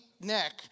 neck